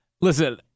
Listen